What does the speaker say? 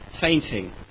fainting